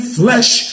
flesh